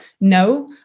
no